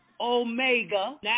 Omega